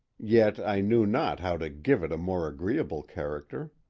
yet i knew not how to give it a more agreeable character.